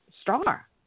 star